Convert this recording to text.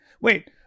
wait